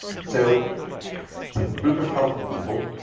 so take a group of healthy people,